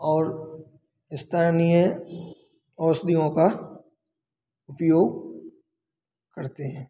और स्तरनीय औषधियों का उपयोग करते हैं